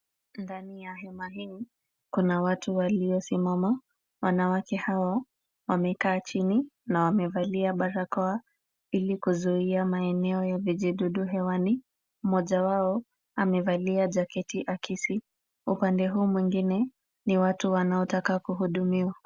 Ndani ya hema hii, kuna watu waliosimama. Wanawake hawa wamekaa chini na wamevalia barakoa ili kuzuia maeneo ya vijidudu hewani. Mmoja wao amevalia jaketi akisi. Upande huu mwingine ni watu wanaotaka kuhudumiwa.